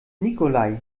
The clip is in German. nikolai